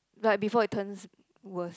but before it turns worse